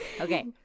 Okay